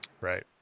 Right